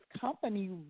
company